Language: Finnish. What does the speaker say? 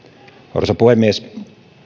arvoisa puhemies